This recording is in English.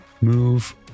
move